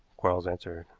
quarles answered.